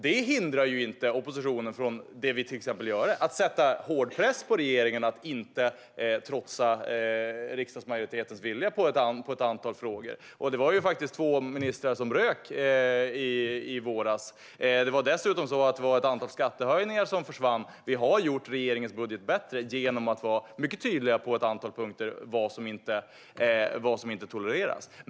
Det hindrar inte oppositionen från det vi till exempel gör: att sätta hård press på regeringen att inte trotsa riksdagsmajoritetens vilja i ett antal frågor. Det var faktiskt två ministrar som rök i våras. Det var dessutom ett antal skattehöjningar som försvann. Vi har gjort regeringens budget bättre genom att vara mycket tydliga på ett antal punkter om vad som inte tolereras.